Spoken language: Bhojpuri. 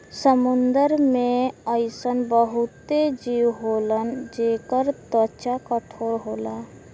समुंदर में अइसन बहुते जीव होलन जेकर त्वचा कठोर होला